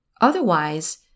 Otherwise